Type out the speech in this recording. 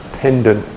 tendon